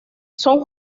son